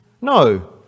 No